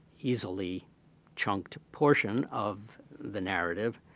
easily chunked portion of the narrative,